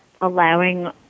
allowing